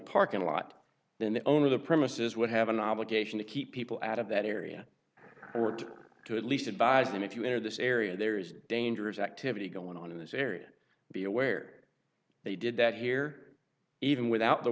parking lot then the owner of the premises would have an obligation to keep people out of that area to at least advise them if you enter this area there's dangerous activity going on in this area be aware they did that here even without the